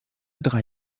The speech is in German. drei